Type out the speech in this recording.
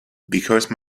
because